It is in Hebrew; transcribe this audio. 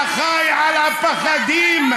החי על הפחדים,